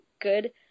good